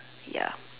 ya